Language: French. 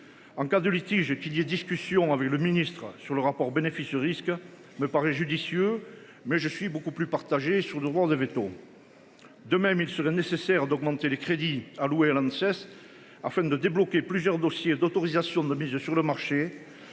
En cas de litige qui liait discussion avec le ministre sur le rapport bénéfice risque me paraît judicieux. Mais je suis beaucoup plus partagés sur le Rwanda, véto. De même, il serait nécessaire d'augmenter les crédits alloués à la duchesse. Afin de débloquer plusieurs dossiers d'autorisation de mise sur le marché